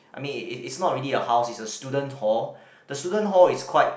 I mean is is not a really a house is a student hall the student hall is quite